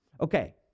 Okay